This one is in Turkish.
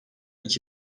iki